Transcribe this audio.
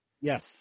Yes